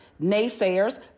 naysayers